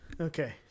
Okay